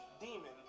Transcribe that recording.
demon